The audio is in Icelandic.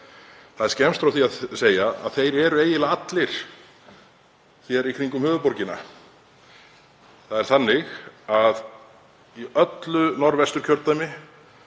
Það er skemmst frá því að segja að þeir eru eiginlega allir hér í kringum höfuðborgina. Það er þannig að í öllu Norðvesturkjördæmi,